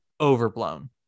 overblown